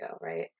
right